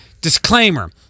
Disclaimer